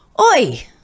Oi